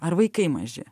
ar vaikai maži